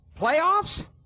playoffs